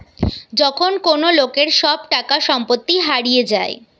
যখন কোন লোকের সব টাকা সম্পত্তি হারিয়ে যায়